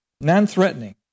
Non-threatening